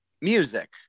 music